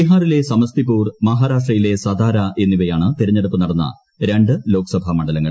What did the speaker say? ബിഹാറിലെ സമസ്തിപൂർ മഹാരാഷ്ട്രയിലെ സതാരാ എന്നിവയാണ് തിരഞ്ഞെടുപ്പ് നടന്ന രണ്ട് ലോക്സഭാ മണ്ഡലങ്ങൾ